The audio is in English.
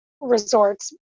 resorts